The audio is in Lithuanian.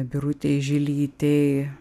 birutei žilytei